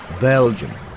Belgium